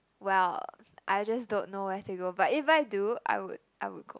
well I just don't know where to go but if I do I would I would go